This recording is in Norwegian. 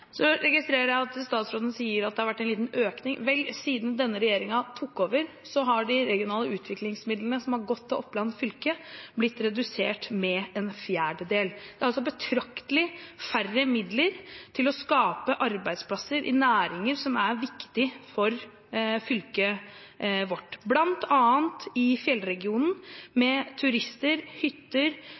Så registrerer jeg at statsråden sier at det har vært en liten økning. Vel, siden denne regjeringen tok over, har de regionale utviklingsmidlene som har gått til Oppland fylke, blitt redusert med en fjerdedel. Det er altså betraktelig færre midler til å skape arbeidsplasser i næringer som er viktige for fylket vårt, bl.a. i fjellregionen med turister, hytter